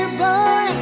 boy